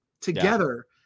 together